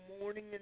morning